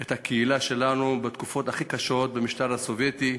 את הקהילה שלנו בתקופות הכי קשות במשטר הסובייטי.